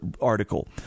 article